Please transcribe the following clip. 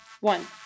One